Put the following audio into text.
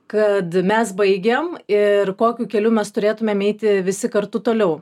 kad mes baigiam ir kokiu keliu mes turėtumėm eiti visi kartu toliau